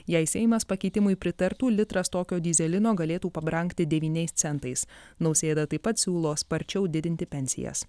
jei seimas pakeitimui pritartų litras tokio dyzelino galėtų pabrangti devyniais centais nausėda taip pat siūlo sparčiau didinti pensijas